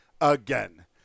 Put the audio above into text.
again